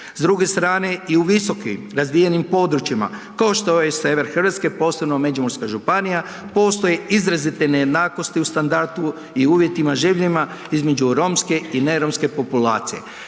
S druge strane, i u visokim razvijenim područjima, košto je sever RH, posebno Međimurska županija, postoje izrazite nejednakosti u standardu i uvjetima življenjima između romske i neromske populacije,